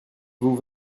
vous